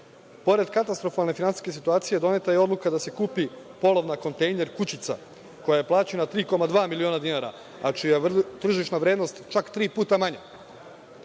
katastrofalne finansijske situacije doneta je odluka da se kupi polovna kontejner kućica, koja je plaćena 3,2 miliona dinara, a čija je tržišna vrednost čak tri puta manja.